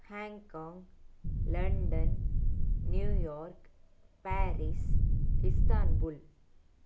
Hong Kong London New York Paris Istanbul